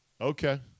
Okay